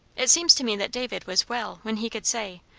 it seems to me that david was well when he could say,